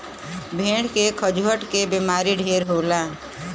भेड़ के खजुहट के बेमारी ढेर होला